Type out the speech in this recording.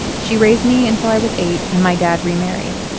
she raised me until i was eight and my dad remarried.